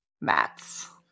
mats